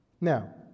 Now